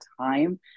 time